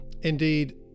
Indeed